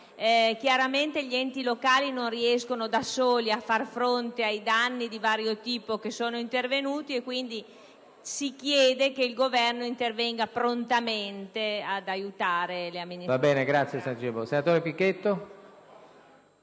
Piacenza. Gli enti locali non riescono da soli a far fronte ai danni di vario tipo che sono intervenuti e quindi si chiede che il Governo intervenga prontamente per aiutare tali amministrazioni.